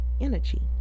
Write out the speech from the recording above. energy